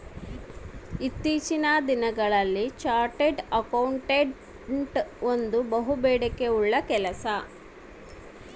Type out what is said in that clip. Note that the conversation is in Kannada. ಇತ್ತೀಚಿನ ದಿನಗಳಲ್ಲಿ ಚಾರ್ಟೆಡ್ ಅಕೌಂಟೆಂಟ್ ಒಂದು ಬಹುಬೇಡಿಕೆ ಉಳ್ಳ ಕೆಲಸ